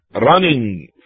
running